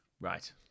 Right